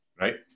Right